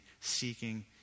seeking